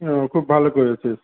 ও খুব ভালো করেছিস